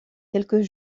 quelques